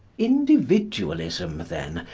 individualism, then,